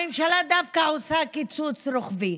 הממשלה דווקא עושה קיצוץ רוחבי.